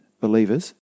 believers